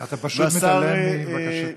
אתה פשוט מתעלם מבקשתי?